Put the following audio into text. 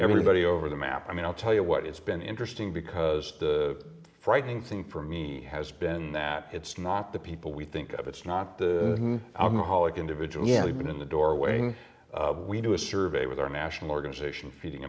everybody over the map i mean i'll tell you what it's been interesting because the frightening thing for me has been that it's not the people we think of it's not the alcoholic individually been in the doorway we do a survey with our national organization feeding